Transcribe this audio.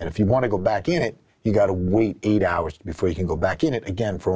and if you want to go back in it you've got a week eight hours before you can go back in it again for